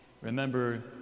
Remember